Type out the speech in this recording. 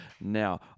now